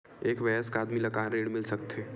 एक वयस्क आदमी ला का ऋण मिल सकथे?